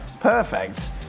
Perfect